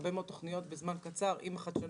הרבה מאוד תוכניות בזמן קצר, עם החדשנות